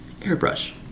Airbrush